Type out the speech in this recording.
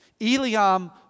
Eliam